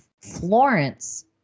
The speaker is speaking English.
Florence